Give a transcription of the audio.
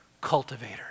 cultivator